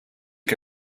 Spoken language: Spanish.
que